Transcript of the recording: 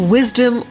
Wisdom